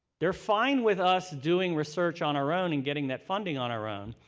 they're fine with us doing research on our own and getting that funding on our own,